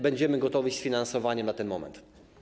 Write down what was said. Będziemy gotowi z finansowaniem na ten moment.